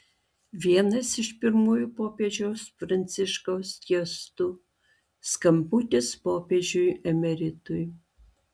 vienas iš pirmųjų popiežiaus pranciškaus gestų skambutis popiežiui emeritui